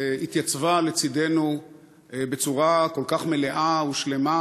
התייצבה לצדנו בצורה כל כך מלאה ושלמה.